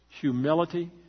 Humility